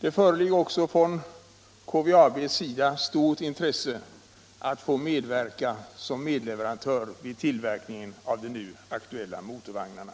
Det föreligger också från KVAB stort intresse att få medverka som medleverantör vid tillverkning av de nu aktuella motorvagnarna.